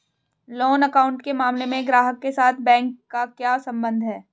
Loan account के मामले में ग्राहक के साथ बैंक का क्या संबंध है?